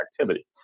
activity